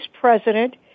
President